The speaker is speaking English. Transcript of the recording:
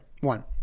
One